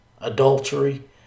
adultery